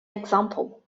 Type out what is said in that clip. example